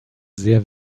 sehr